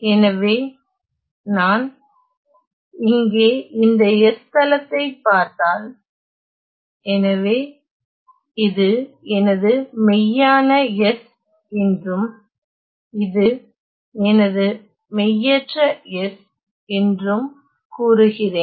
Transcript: எனவே நான் இங்கே இந்த s தளத்தை பார்த்தால் எனவே இது எனது மெய்யான s என்றும் இது எனது மெய்யற்ற s என்றும் கூறுகிறேன்